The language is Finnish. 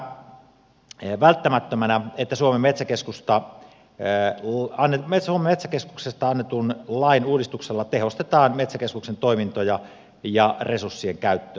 valiokunta pitää välttämättömänä että suomen metsäkeskuksesta annetun lain uudistuksella tehostetaan metsäkeskuksen toimintoja ja resurssien käyttöä